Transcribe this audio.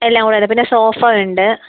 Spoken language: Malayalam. എല്ലാം കൂടെ ഉണ്ട് പിന്നെ സോഫ ഉണ്ട്